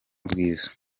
bwiza